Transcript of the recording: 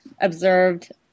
observed